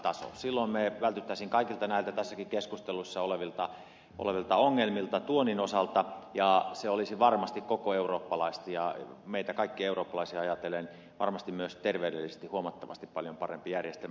silloin me välttyisimme kaikilta näiltä tässäkin keskustelussa olevilta ongelmilta tuonnin osalta ja se olisi varmasti meitä kaikkia eurooppalaisia ajatellen varmasti myös terveydellisesti huomattavasti paljon parempi järjestelmä